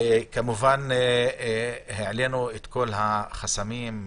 כמובן שהעלינו את כל החסמים.